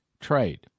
trade